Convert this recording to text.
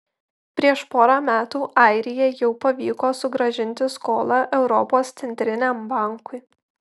prieš porą metų airijai jau pavyko sugrąžinti skolą europos centriniam bankui